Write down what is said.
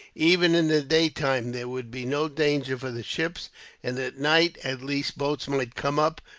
even in the daytime there would be no danger for the ships and at night, at least, boats might come up,